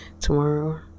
tomorrow